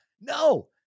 No